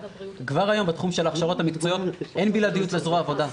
כבר היום בתחום של ההכשרות המקצועיות אין בלעדיות לזרוע העבודה.